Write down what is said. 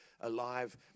alive